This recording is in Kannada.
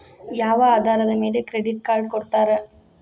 ಯಾವ ಆಧಾರದ ಮ್ಯಾಲೆ ಕ್ರೆಡಿಟ್ ಕಾರ್ಡ್ ಕೊಡ್ತಾರ?